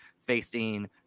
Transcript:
facing